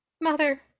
Mother